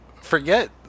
forget